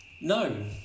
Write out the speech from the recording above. No